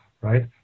right